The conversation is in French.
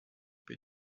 peut